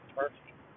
perfect